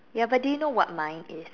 ya but do you know what mine is